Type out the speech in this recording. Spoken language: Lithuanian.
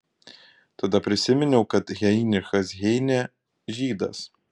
tada prisiminiau kad heinrichas heinė žydas